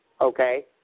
okay